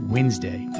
Wednesday